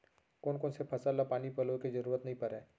कोन कोन से फसल ला पानी पलोय के जरूरत नई परय?